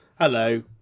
Hello